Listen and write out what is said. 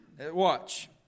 watch